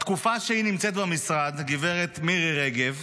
בתקופה שהיא נמצאת במשרד, הגברת מירי רגב,